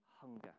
hunger